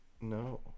no